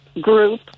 group